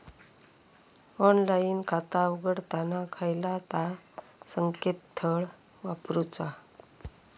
Online खाता उघडताना खयला ता संकेतस्थळ वापरूचा?